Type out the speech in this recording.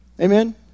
Amen